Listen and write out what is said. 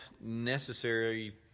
necessary